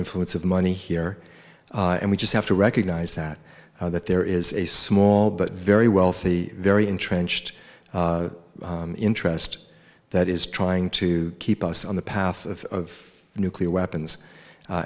influence of money here and we just have to recognize that that there is a small but very wealthy very entrenched interest that is trying to keep us on the path of nuclear weapons